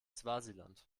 swasiland